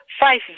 Five